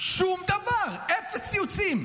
שום דבר, אפס ציוצים.